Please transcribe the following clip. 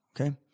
Okay